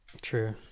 True